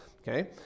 Okay